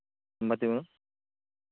എൺപത്തി മൂന്ന്